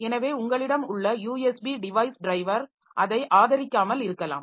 எனவே உங்களிடம் உள்ள யூஎஸ்பி டிவைஸ் டிரைவர் அதை ஆதரிக்காமல் இருக்கலாம்